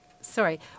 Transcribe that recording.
Sorry